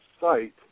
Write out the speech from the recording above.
site